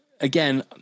Again